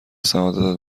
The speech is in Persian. سعادتت